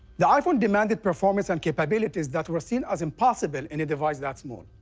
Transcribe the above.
the iphone demanded performance and capabilities that were seen as impossible in a device that small.